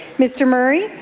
mr. murray,